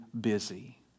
busy